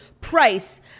Price